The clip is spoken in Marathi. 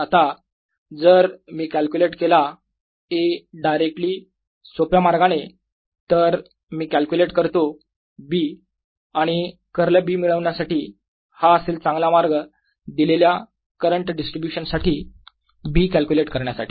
आता जर मी कॅल्क्युलेट केला A डायरेक्टली सोप्या मार्गाने तर मी कॅलक्युलेट करतो B आणि कर्ल B मिळवण्यासाठी हा असेल चांगला मार्ग दिलेल्या करंट डिस्ट्रीब्यूशन साठी B कॅल्क्युलेट करण्यासाठी